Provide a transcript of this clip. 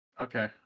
Okay